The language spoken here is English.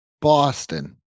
Boston